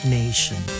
nation